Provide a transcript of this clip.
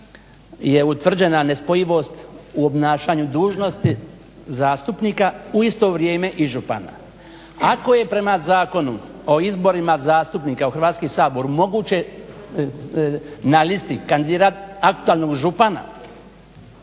je utvrđena nespojivost u obnašanju dužnosti zastupnika u isto vrijeme kao i župana. Ako je zakonom o izborima zastupnika u Hrvatski sabor moguće na listi kandidirat aktualnog župana